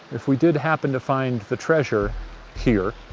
if we did happen to find the treasure here,